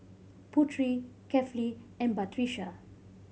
Putri Kefli and Batrisya